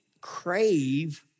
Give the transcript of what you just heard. crave